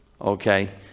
Okay